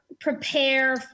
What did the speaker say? prepare